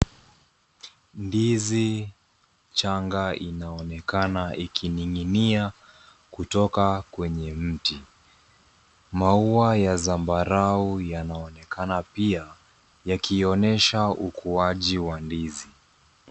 Ndizi changa inaonekana ikining'inia kutoka kwenye mti. Maua ya zambarau yanaonekana pia yakionyesha ukuaji wa ndizi.